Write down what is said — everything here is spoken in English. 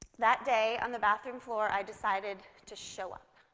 that day on the bathroom floor, i decided to show up,